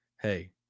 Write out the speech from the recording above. Hey